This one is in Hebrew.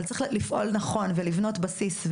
אבל צריך לפעול נכון ולבנות בסיס.